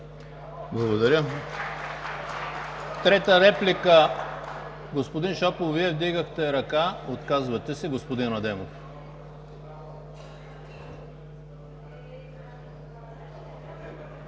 Благодаря. Трета реплика, господин Шопов – Вие вдигахте ръка? Отказвате се. Господин Адемов.